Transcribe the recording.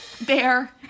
Bear